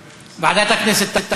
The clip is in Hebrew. ורווחה.